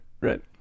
Right